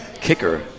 Kicker